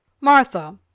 Martha